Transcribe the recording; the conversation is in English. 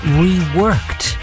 reworked